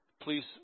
please